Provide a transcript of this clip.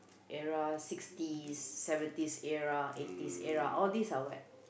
era sixties seventies era eighties era all these are what